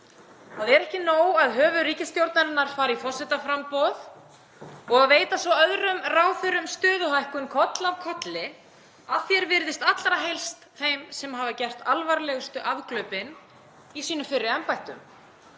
Það er ekki nóg að höfuð ríkisstjórnarinnar fari í forsetaframboð og að veita svo öðrum ráðherrum stöðuhækkun koll af kolli, að því er virðist allra helst þeim sem hafa gert alvarlegustu afglöpin í sínum fyrri embættum.